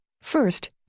First